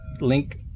Link